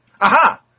Aha